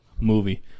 movie